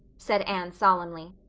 said anne solemnly.